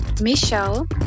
Michelle